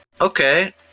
okay